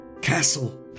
castle